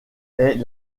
est